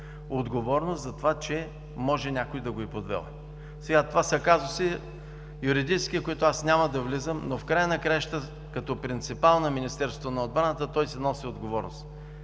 отговорност това, че може някой да го е подвел. Това са юридически казуси, в които няма да влизам, но в края на краищата като принципал на Министерството на отбраната той си носи отговорност.